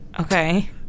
Okay